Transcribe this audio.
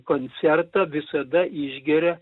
koncertą visada išgeria